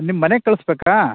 ನಿಮ್ಮ ಮನೆಗೆ ಕಳಿಸ್ಬೇಕಾ